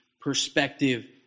perspective